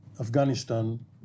Afghanistan